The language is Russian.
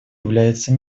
является